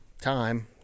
time